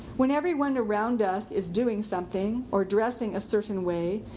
when everyone around us is doing something, or dressing a certain way,